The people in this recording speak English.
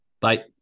bye